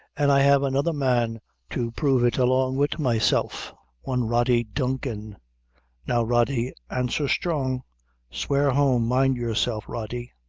an' i have another man to prove it along wid myself one rody duncan now rody answer strong swear home mind yourself, rody.